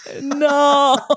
no